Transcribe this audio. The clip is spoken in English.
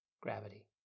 gravity